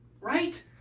Right